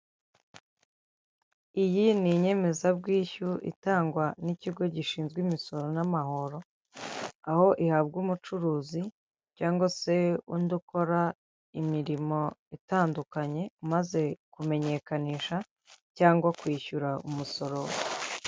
Iyi ni inyemezabwishyu itangwa n'ikigo gishinzwe imisoro n'amahoro, aho ihabwa umucuruzi cyangwa se undi ukora imirimo itandukanye umaze kumenyekanisha cyangwa kwishyura umusoro.